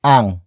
Ang